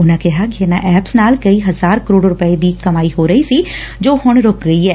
ਉਨੂਾ ਕਿਹਾ ਕਿ ਇਨੂਾ ਐਪਸ ਨਾਲ ਕਈ ਹਜ਼ਾਰ ਕਰੋੜ ਰੁਪੈ ਦੀ ਕਮਾਈ ਹੋ ਰਹੀ ਸੀ ਜੋ ਹੁਣ ਰੁਕ ਗਈ ਏ